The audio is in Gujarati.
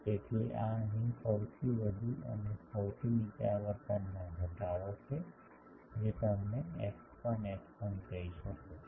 તેથી આ અહીં સૌથી વધુ અને નીચા આવર્તનના ઘટકો છે જે તમે f 1 f 1 કહી શકો છો